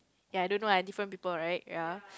ya I don't know lah different people right ya